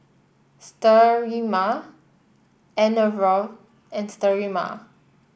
Sterimar Enervon and Sterimar